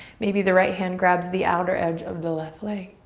maybe the right hand grabs the outer edge of the left leg.